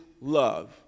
love